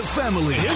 family